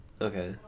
Okay